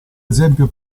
esempio